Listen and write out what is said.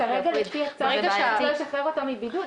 כרגע לפי הצו, אף אחד לא ישחרר אותם מבידוד.